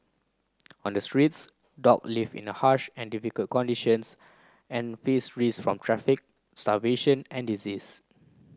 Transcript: on the streets dog live in harsh and difficult conditions and face risk from traffic starvation and disease